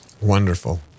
Wonderful